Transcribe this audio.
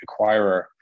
acquirer